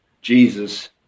Jesus